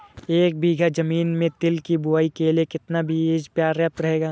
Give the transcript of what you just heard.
एक बीघा ज़मीन में तिल की बुआई के लिए कितना बीज प्रयाप्त रहेगा?